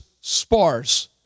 sparse